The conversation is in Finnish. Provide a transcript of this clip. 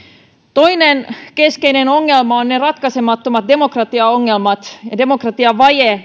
toinen keskeinen ongelma ovat ne ratkaisemattomat demokratiaongelmat ja demokratiavaje